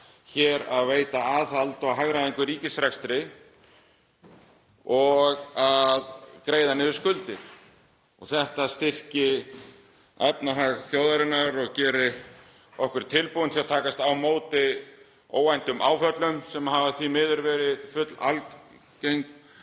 hér að veita aðhald og hagræðingu í ríkisrekstri og að greiða niður skuldir og að þetta styrki efnahag þjóðarinnar og geri okkur tilbúin til að taka á móti óvæntum áföllum, sem hafa því miður verið fullalgeng